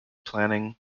planning